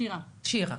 שירה,